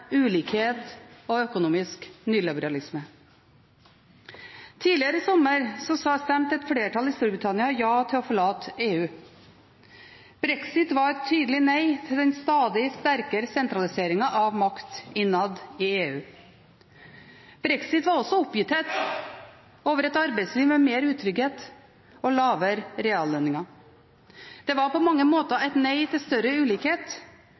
ulikhet og økonomisk nyliberalisme. Tidligere i sommer sa et flertall i Storbritannia ja til å forlate EU. Brexit var et tydelig nei til den stadig sterkere sentraliseringen av makt innad i EU. Brexit var også oppgitthet over et arbeidsliv med mer utrygghet og lavere reallønninger. Det var på mange måter et nei til større ulikhet,